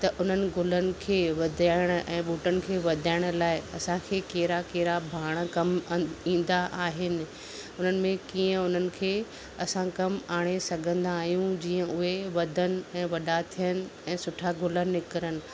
त उन्हनि गुलन खे वधाइण ऐं ॿूटन खे वधाइण लाइ असां खे कहिड़ा कहिड़ा भाण कमु ईंदा आहिनि उन्हनि में कीअं उन्हनि खे असां कमु आणे सघंदा आहियूं जीअं उहे वधन ऐं वॾा थियन ऐं सुठा गुल निकरन